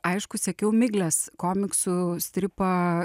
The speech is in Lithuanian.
aišku sekiau miglės komiksų stripą